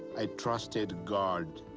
i trusted god,